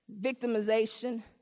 victimization